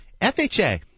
FHA